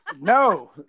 No